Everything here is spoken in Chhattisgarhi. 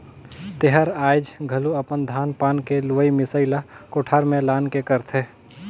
तेहर आयाज घलो अपन धान पान के लुवई मिसई ला कोठार में लान के करथे